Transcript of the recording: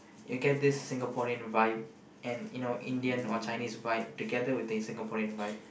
you'll get this Singaporean vibe and you know Indian and Chinese vibe together with this Singaporean vibe